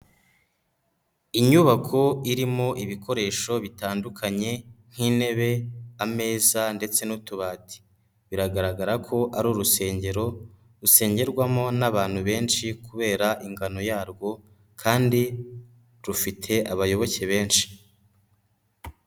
Inyubako irimo ibikoresho bitandukanye nk'intebe, ameza ndetse n'utubati, biragaragara ko ari urusengero rusengenyerwamo n'abantu benshi kubera ingano yarwo kandi rufite abayoboke benshi.